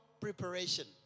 preparation